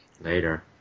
Later